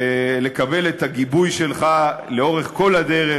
לקבל את הגיבוי שלך לאורך כל הדרך,